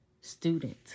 student